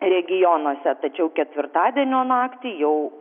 regionuose tačiau ketvirtadienio naktį jau